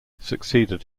succeeded